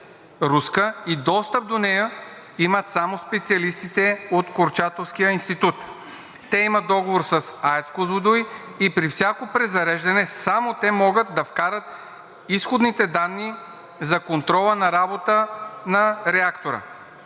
руска и достъп до нея имат само специалистите от Курчатовския институт. Те имат договор с АЕЦ „Козлодуй“ и при всяко презареждане само те могат да вкарат изходните данни за контрола на работа на реактора.